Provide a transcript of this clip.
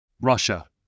Russia